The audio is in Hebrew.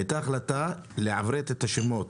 הייתה החלטה לעברת את השמות,